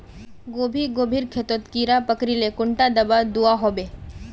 गोभी गोभिर खेतोत कीड़ा पकरिले कुंडा दाबा दुआहोबे?